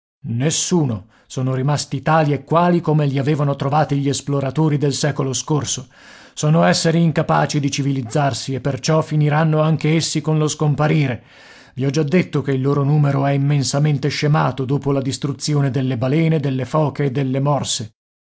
nessuno sono rimasti tali e quali come li avevano trovati gli esploratori del secolo scorso sono esseri incapaci di civilizzarsi e perciò finiranno anche essi con lo scomparire i ho già detto che il loro numero è immensamente scemato dopo la distruzione delle balene delle foche e delle morse